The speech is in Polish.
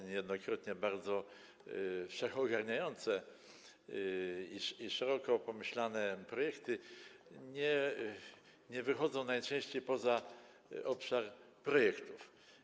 Niejednokrotnie imponujące, wszechogarniające i szeroko pomyślane projekty nie wychodzą najczęściej poza obszar projektów.